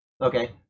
Okay